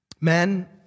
Men